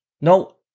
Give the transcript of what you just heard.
no